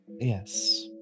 Yes